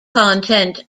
content